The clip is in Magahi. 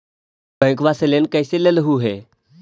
बैंकवा से लेन कैसे लेलहू हे?